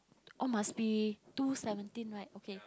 oh must be two seventeen right okay